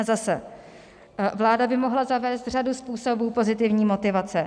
A zase vláda by mohla zavést řadu způsobů pozitivní motivace.